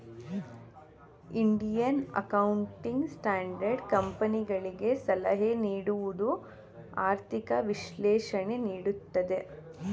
Indian accounting standard ಕಂಪನಿಗಳಿಗೆ ಸಲಹೆ ನೀಡುವುದು, ಆರ್ಥಿಕ ವಿಶ್ಲೇಷಣೆ ನೀಡುತ್ತದೆ